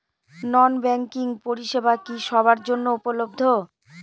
নন banking পরিষেবা কি সবার জন্য উপলব্ধ?